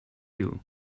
you